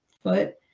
foot